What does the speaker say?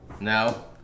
No